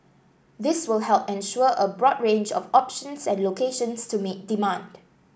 this will help ensure a broad range of options and locations to meet demand